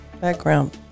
background